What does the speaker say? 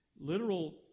Literal